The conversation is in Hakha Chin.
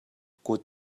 kut